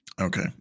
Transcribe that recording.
Okay